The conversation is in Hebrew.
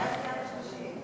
קריאה שנייה ושלישית.